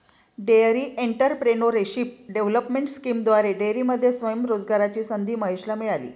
dairy entrepreneurship development स्कीमद्वारे डेअरीमध्ये स्वयं रोजगाराची संधी महेशला मिळाली